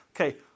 Okay